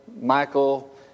Michael